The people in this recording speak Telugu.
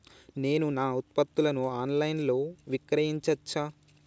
నేను నా ఉత్పత్తులను ఆన్ లైన్ లో విక్రయించచ్చా?